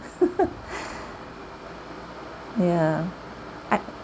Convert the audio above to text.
yeah I